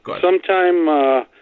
sometime